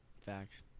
Facts